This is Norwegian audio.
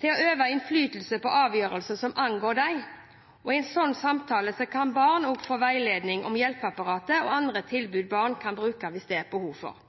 til å øve innflytelse på avgjørelser som angår dem. I en slik samtale kan barnet også få veiledning om hjelpeapparatet og andre tilbud barnet kan bruke hvis det er behov for det.